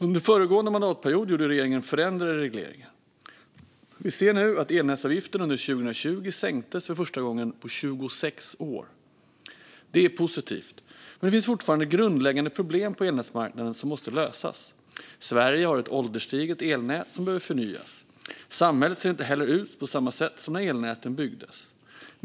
Under föregående mandatperiod gjorde regeringen förändringar i regleringen. Vi ser nu att elnätsavgifterna under 2020 sänktes för första gången på 26 år. Det är positivt, men det finns fortfarande grundläggande problem på elnätsmarknaden som måste lösas. Sverige har ett ålderstiget elnät som behöver förnyas. Samhället ser inte heller ut på samma sätt som när elnäten byggdes.